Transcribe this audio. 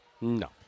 No